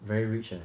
very rich eh